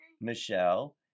Michelle